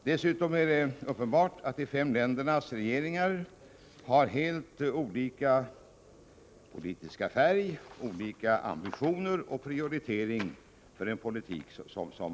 Dessutom är det uppenbart att de fem ländernas regeringar — av helt olika politisk färg — har skilda ambitioner för och gör olika prioriteringar i sin politik.